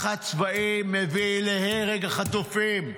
לחץ צבאי מביא להרג החטופים.